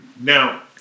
now